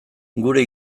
gure